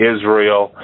Israel